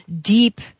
deep